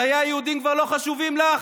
חיי היהודים כבר לא חשובים לך?